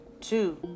two